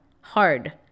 hard